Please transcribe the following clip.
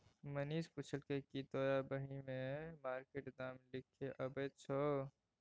मनीष पुछलकै कि तोरा बही मे मार्केट दाम लिखे अबैत छौ